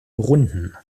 runden